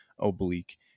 oblique